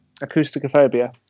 Acousticophobia